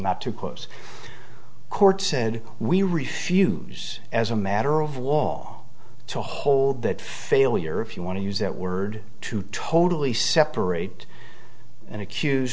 not too close court said we refuse as a matter of law to hold that failure if you want to use that word to totally separate and accuse